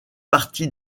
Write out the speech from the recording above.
partie